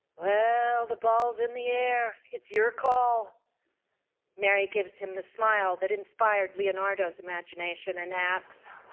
the the ball's in the air. it's your call mary gives him the smile that inspired leonardo's imagination and asks,